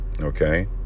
Okay